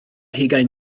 hugain